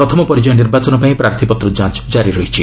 ପ୍ରଥମ ପର୍ଯ୍ୟାୟ ନିର୍ବାଚନ ପାଇଁ ପ୍ରାର୍ଥୀପତ୍ର ଯାଞ୍ଚ କାରି ରହିଛି